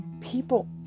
People